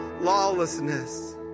lawlessness